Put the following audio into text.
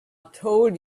told